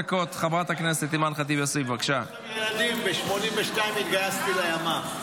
כולכם ילדים, ב-1982 התגייסתי לימ"מ.